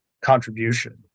contribution